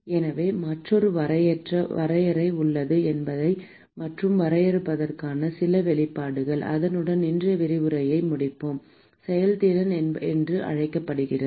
எனவே மற்றொரு வரையறை உள்ளது மற்றும் வரையறைக்கான சில வெளிப்பாடுகள் அதனுடன் இன்றைய விரிவுரையை முடிப்போம் செயல்திறன் என்று அழைக்கப்படுகிறது